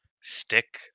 stick